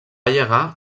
llegar